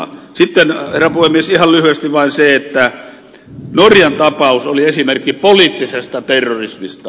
sitten herra puhemies ihan lyhyesti vain se että norjan tapaus oli esimerkki poliittisesta terrorismista